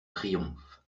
triomphe